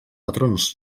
patrons